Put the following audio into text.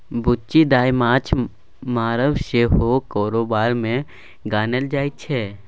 बुच्ची दाय माँछ मारब सेहो कारोबार मे गानल जाइ छै